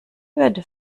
würde